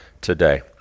today